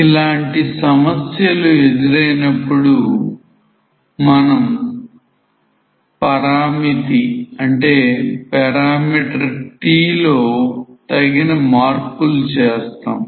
ఇలాంటి సమస్యలు ఎదురైనప్పుడు మనం పరామితి 't'లో తగిన మార్పులు చేస్తాం